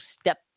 step